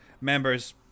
members